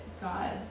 God